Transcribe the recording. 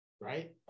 right